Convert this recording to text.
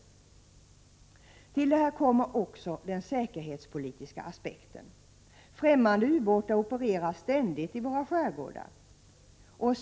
Till detta kommer också den säkerhetspolitiska aspekten. Främmande u-båtar opererar ständigt i våra skärgårdar.